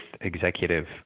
executive